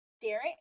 Derek